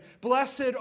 blessed